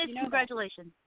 Congratulations